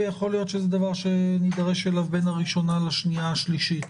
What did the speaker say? יכול להיות שזה דבר שנידרש אליו בין הראשונה לשנייה השלישית,